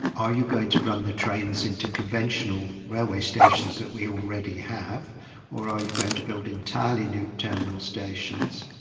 are you going to run the trains into conventional railway stations that we already have or are you going to build entirely new terminal stations?